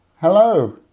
Hello